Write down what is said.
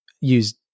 use